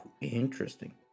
Interesting